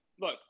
look